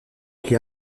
qui